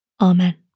Amen